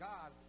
God